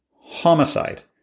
homicide